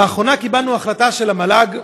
לאחרונה קיבלנו החלטה של המל"ג,